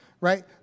right